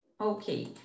Okay